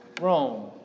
Rome